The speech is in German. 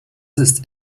ist